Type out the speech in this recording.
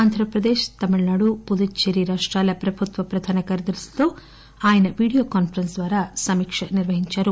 ఆంధ్రప్రదేశ్ తమిళనాడు పుదుచ్చేరి రాష్టాల ప్రభుత్వ ప్రధాన కార్యదర్శులతో ఆయన వీడియో కాన్పరెస్స్ ద్వారా సమీక్ష నిర్వహించారు